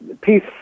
peace